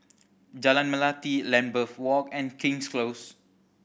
Jalan Melati Lambeth Walk and King's Close